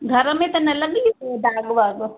घर में त न लॻी वियो दाॻ वाॻ